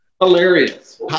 hilarious